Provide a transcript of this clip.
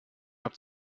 habt